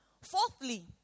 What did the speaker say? Fourthly